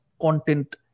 content